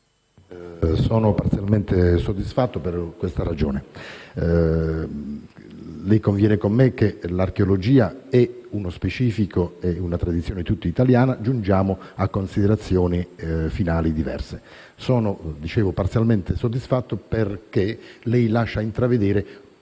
parzialmente soddisfatto per la seguente ragione. Lei conviene con me che l'archeologia è uno specificità e una tradizione tutta italiana. Giungiamo però a considerazioni finali diverse. Sono parzialmente soddisfatto perché il suo intervento